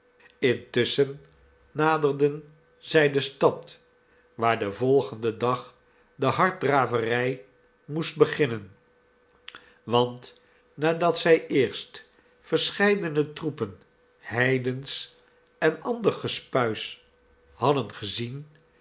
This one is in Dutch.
intusschen naderden zij de stad waar den volgenden dag de harddraverij moest beginnen want nadat zij eerst verscheidene troepen heidens en ander gespuis hadden gezien